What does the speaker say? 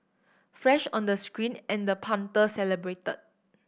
flash on the screen and the punter celebrated